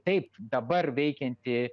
taip dabar veikianti